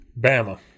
Bama